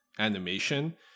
animation